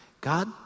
God